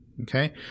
okay